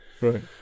Right